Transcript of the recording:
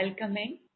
welcoming